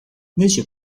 neste